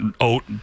oat